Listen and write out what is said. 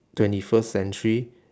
twenty first century